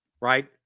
right